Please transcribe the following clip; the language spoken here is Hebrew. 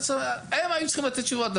הם היו צריכים לתת תשובות.